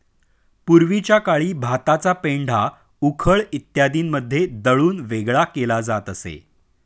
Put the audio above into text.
पूर्वीच्या काळी भाताचा पेंढा उखळ इत्यादींमध्ये दळून वेगळा केला जात असे